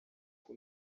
uko